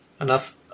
enough